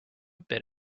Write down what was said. bit